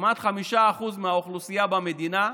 כמעט 5% מהאוכלוסייה במדינה,